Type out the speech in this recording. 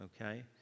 okay